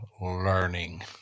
learning